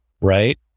Right